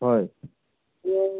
হয়